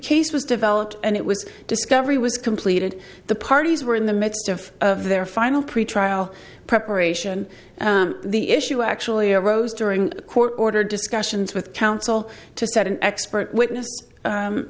case was developed and it was discovery was completed the parties were in the midst of of their final pretrial preparation the issue actually arose during a court ordered discussions with counsel to set an expert witness